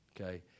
okay